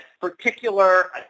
particular